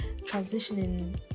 transitioning